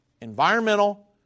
Environmental